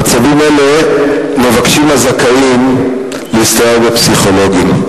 במצבים אלה מבקשים הזכאים להסתייע בפסיכולוגים.